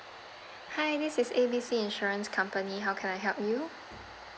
hi this is A B C insurance company how can I help you